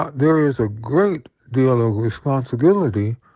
ah there is a great deal of responsibility,